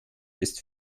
ist